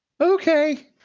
Okay